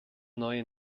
neue